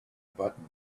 button